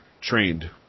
trained